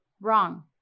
Wrong